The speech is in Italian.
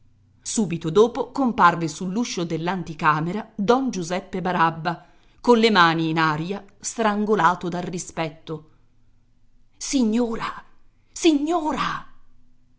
subito dopo comparve sull'uscio dell'anticamera don giuseppe barabba colle mani in aria strangolato dal rispetto signora signora